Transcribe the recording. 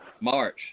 March